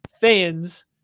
fans